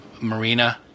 Marina